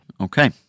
Okay